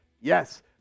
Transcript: Yes